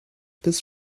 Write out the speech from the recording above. this